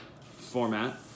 format